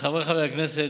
חבריי חברי הכנסת,